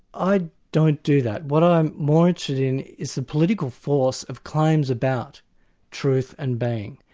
i don't do that. what i'm more interested in is the political force of claims about truth and being,